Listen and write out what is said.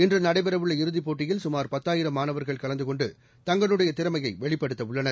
இன்று நடைபெறவுள்ள இறுதிப் போட்டியில் சுமார் பத்தாயிரம் மாணவர்கள் கலந்து கொண்டு தங்களுடைய திறமையை வெளிப்படுத்த உள்ளனர்